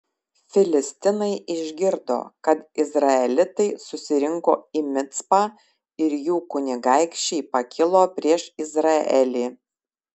filistinai išgirdo kad izraelitai susirinko į micpą ir jų kunigaikščiai pakilo prieš izraelį